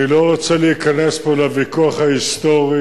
אני לא רוצה להיכנס כאן לוויכוח ההיסטורי,